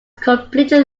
completely